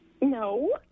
No